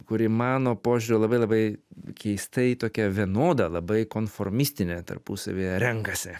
kuri mano požiūriu labai labai keistai tokia vienoda labai konformistinė tarpusavyje renkasi